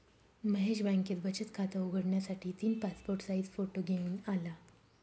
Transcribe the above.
महेश बँकेत बचत खात उघडण्यासाठी तीन पासपोर्ट साइज फोटो घेऊन आला